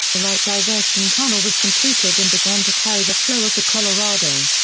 the right diversion tunnel was completed and began to carry the flow of the colorado.